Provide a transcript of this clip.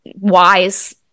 wise